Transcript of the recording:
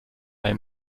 bei